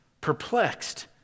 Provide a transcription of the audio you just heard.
perplexed